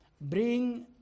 Bring